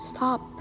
Stop